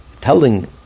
telling